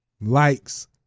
likes